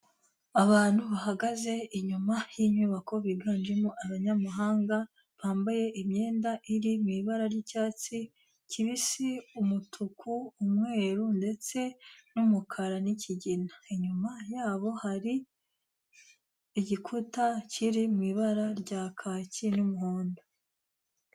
Abantu bahagaze inyuma y'in'inyubako biganjemo abanyamahanga bambaye imyenda iri mu ibara ry'icyatsi kibisi, umutuku, umweru ndetse n'umukara n'ikigina, inyuma yabo hari igikuta kiri mu ibara rya kaki n'umuhondo.